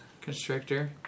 Constrictor